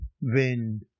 wind